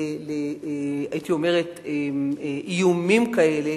והייתי אומרת איומים כאלה,